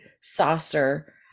saucer